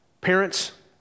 Parents